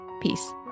Peace